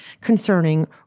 concerning